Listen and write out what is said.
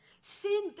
Sin